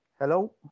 Hello